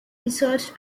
researched